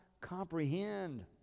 comprehend